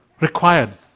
required